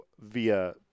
via